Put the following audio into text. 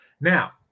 Now